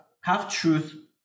half-truth